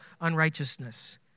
unrighteousness